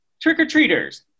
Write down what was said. trick-or-treaters